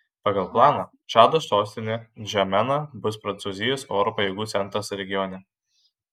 pagal planą čado sostinė ndžamena bus prancūzijos oro pajėgų centras regione